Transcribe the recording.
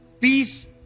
peace